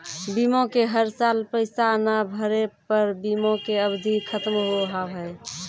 बीमा के हर साल पैसा ना भरे पर बीमा के अवधि खत्म हो हाव हाय?